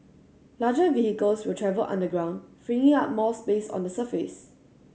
larger vehicles will travel underground freeing up more space on the surface